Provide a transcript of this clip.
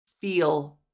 feel